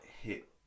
hit